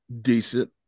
decent